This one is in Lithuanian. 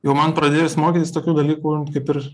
jau man pradėjus mokytis tokių dalykų kaip ir